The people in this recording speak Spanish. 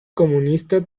comunista